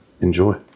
enjoy